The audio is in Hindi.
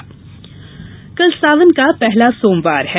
सावन सोमवार कल सावन का पहला सोमवार है